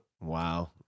Wow